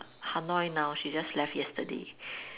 Hanoi now she just left yesterday